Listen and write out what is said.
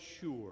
sure